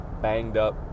banged-up